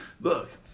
Look